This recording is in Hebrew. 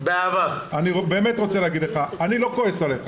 אני לא כועס עליך,